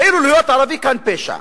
כאילו להיות ערבי כאן, פשע,